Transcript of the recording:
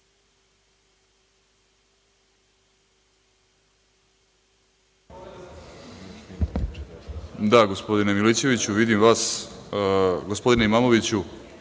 Da gospodine Milićeviću, vidim vas. Gospodine Imamoviću,